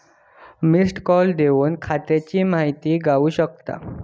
missed call देवन खात्याची माहिती गावू शकता